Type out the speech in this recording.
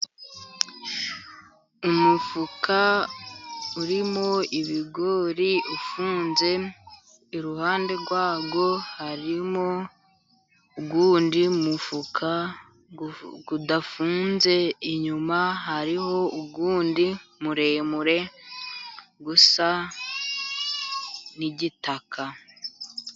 Umufuka urimo ibigori ufunze iruhande rwawo harimo uwundi mufuka udafunze, inyuma hariho undi muremure usa n'igitaka.